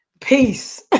peace